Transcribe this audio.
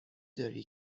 داری